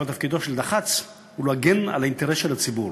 אבל תפקידו של דח"צ הוא להגן על האינטרס של הציבור.